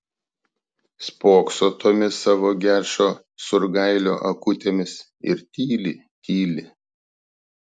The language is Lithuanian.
spokso tomis savo gečo surgailio akutėmis ir tyli tyli